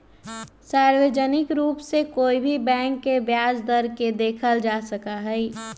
सार्वजनिक रूप से कोई भी बैंक के ब्याज दर के देखल जा सका हई